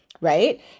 right